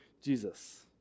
Jesus